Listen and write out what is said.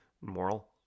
moral